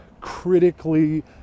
critically